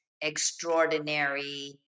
extraordinary